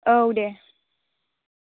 औ दे